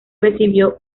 recibió